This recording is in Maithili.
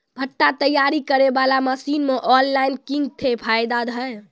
भुट्टा तैयारी करें बाला मसीन मे ऑनलाइन किंग थे फायदा हे?